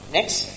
Next